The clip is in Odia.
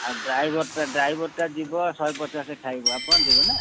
ଆଉ ଡ୍ରାଇଭର୍ଟା ଡ୍ରାଇଭର୍ଟା ଯିବ ଶହେ ପଚାଶ ଖାଇବ ଆପଣ ଦେବେ ନା